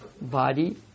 body